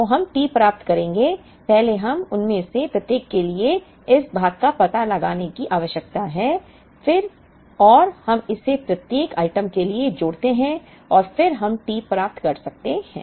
तो हम T प्राप्त करेंगे पहले हमें उनमें से प्रत्येक के लिए इस भाग का पता लगाने की आवश्यकता है और फिर हम इसे प्रत्येक आइटम के लिए जोड़ते हैं और फिर हम T प्राप्त कर सकते हैं